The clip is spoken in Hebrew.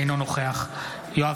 אינו נוכח יואב